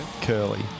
curly